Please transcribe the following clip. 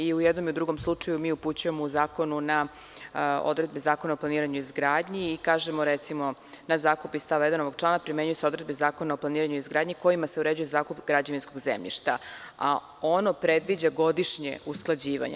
I u jednom i u drugom slučaju mi upućujemo u zakonu na odredbe Zakona o planiranju i izgradnji i kažemo recimo – na zakup iz stava 1. ovog člana primenjuju se odredbe Zakona o planiranju i izgradnji kojima se uređuje zakup građevinskog zemljišta, a ono predviđa godišnje usklađivanje.